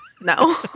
no